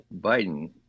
biden